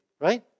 right